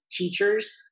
teachers